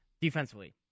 defensively